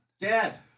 Dad